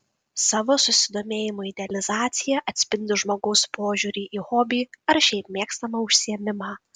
savo susidomėjimo idealizacija atspindi žmogaus požiūrį į hobį ar šiaip mėgstamą užsiėmimą